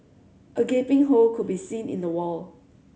a gaping hole could be seen in the wall